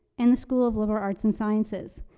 and the school of liberal arts and sciences.